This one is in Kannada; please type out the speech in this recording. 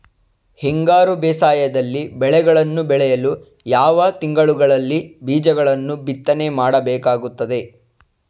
ಹಿಂಗಾರು ಬೇಸಾಯದಲ್ಲಿ ಬೆಳೆಗಳನ್ನು ಬೆಳೆಯಲು ಯಾವ ತಿಂಗಳುಗಳಲ್ಲಿ ಬೀಜಗಳನ್ನು ಬಿತ್ತನೆ ಮಾಡಬೇಕಾಗುತ್ತದೆ?